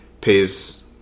pays